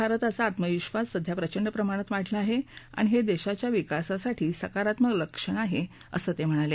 भारताचा आत्मविक्षास सध्या प्रचंड प्रमाणात वाढला आहे आणि हे देशाच्या विकासासाठी सकारात्मक लक्षण आहे असं ते म्हणाले